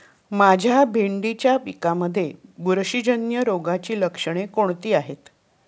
माझ्या भेंडीच्या पिकामध्ये बुरशीजन्य रोगाची लक्षणे कोणती आहेत?